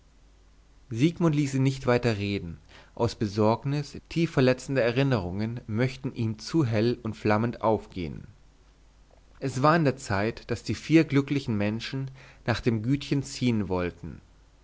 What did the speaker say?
siegmund ließ ihn nicht weiter reden aus besorgnis tief verletzende erinnerungen möchten ihm zu hell und flammend aufgehen es war an der zeit daß die vier glücklichen menschen nach dem gütchen ziehen wollten